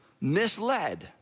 misled